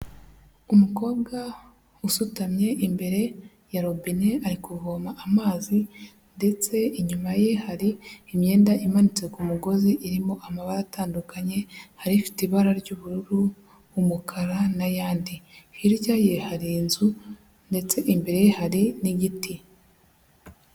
Umukobwa usutamye imbere ya robine ari kuvoma amazi ndetse inyuma ye hari imyenda imanitse ku mugozi irimo amabara atandukanye, hari ifite ibara ry'ubururu, umukara n'ayandi. Hirya ye hari inzu ndetse imbere ye hari n'igiti.